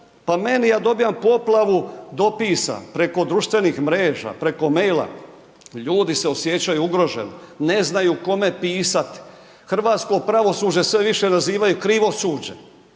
Pa meni, ja dobivam poplavu dopisa preko društvenih mreža, preko maila, ljudi se osjećaju ugroženo, ne znaju kome pisati. Hrvatsko pravosuđe sve više nazivaju krivosuđe,